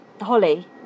Holly